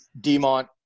DeMont